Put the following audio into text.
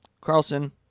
Carlson